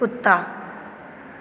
कुत्ता